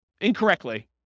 incorrectly